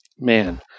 Man